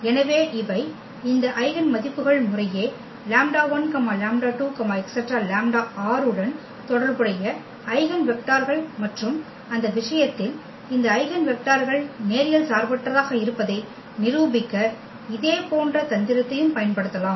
எனவே இவை இந்த ஐகென் மதிப்புக்கள் முறையே λ1 λ2 λr உடன் தொடர்புடைய ஐகென் வெக்டர்கள் மற்றும் அந்த விஷயத்தில் இந்த ஐகென் வெக்டர்கள் நேரியல் சார்பற்றதாக இருப்பதை நிரூபிக்க இதேபோன்ற தந்திரத்தையும் பயன்படுத்தலாம்